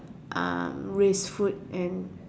uh with food and